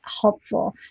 helpful